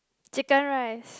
Chicken Rice